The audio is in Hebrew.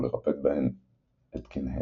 ולרפד בהם את קניהן.